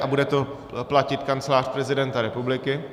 A bude to platit Kancelář prezidenta republiky.